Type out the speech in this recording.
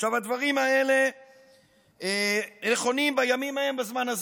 עכשיו, הדברים האלה נכונים בימים ההם בזמן הזה.